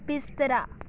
ਬਿਸਤਰਾ